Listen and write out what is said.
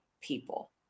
people